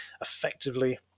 effectively